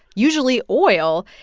usually, oil.